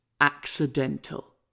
accidental